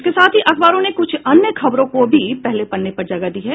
इसके साथ ही अखबारों ने क्छ अन्य खबरों को भी पहले पन्ने पर जगह दी है